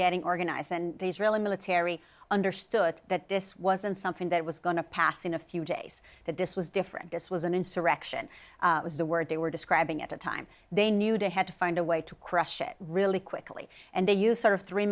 getting organized and days really military understood that this wasn't something that was going to pass in a few days that dissuades different this was an insurrection was the word they were describing at the time they knew they had to find a way to crush it really quickly and they use sort of three